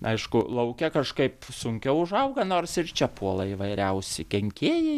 aišku lauke kažkaip sunkiau užauga nors ir čia puola įvairiausi kenkėjai